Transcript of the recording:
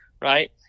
right